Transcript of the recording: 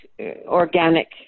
organic